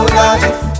life